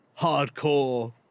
hardcore